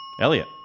Elliot